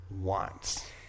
wants